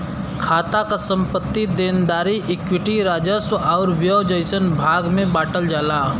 खाता क संपत्ति, देनदारी, इक्विटी, राजस्व आउर व्यय जइसन भाग में बांटल जाला